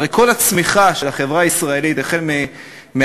הרי כל הצמיחה של החברה הישראלית החל מהקמתה